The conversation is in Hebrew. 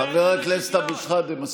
חבר הכנסת אבו שחאדה, חבר הכנסת אבו שחאדה,